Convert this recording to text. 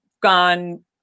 gone